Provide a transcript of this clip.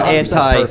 anti